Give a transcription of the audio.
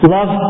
Love